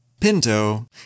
Pinto